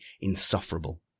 insufferable